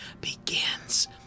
begins